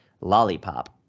lollipop